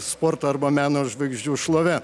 sporto arba meno žvaigždžių šlove